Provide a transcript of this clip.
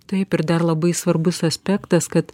taip ir dar labai svarbus aspektas kad